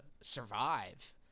survive